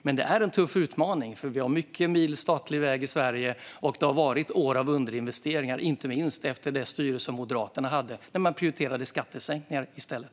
Men det är en tuff utmaning, för vi har många mil statliga vägar i Sverige. Det har varit år av underinvesteringar, inte minst efter Moderaternas styre som prioriterade skattesänkningar i stället.